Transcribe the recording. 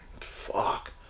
Fuck